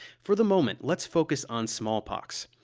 for the moment, let's focus on smallpox.